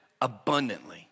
abundantly